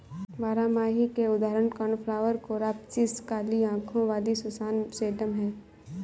बारहमासी के उदाहरण कोर्नफ्लॉवर, कोरॉप्सिस, काली आंखों वाली सुसान, सेडम हैं